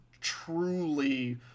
truly